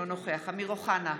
אינו נוכח אמיר אוחנה,